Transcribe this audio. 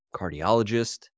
cardiologist